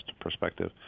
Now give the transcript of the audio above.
perspective